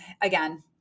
again